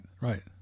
right